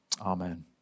Amen